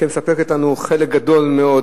שמספקת לנו חלק גדול מאוד